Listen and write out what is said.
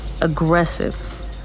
aggressive